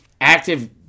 active